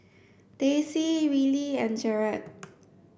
Daisey Rillie and Jered